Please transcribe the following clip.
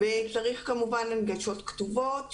וצריך כמובן הנגשות כתובות,